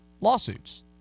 lawsuits